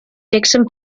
dixon